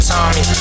Tommy